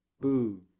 boo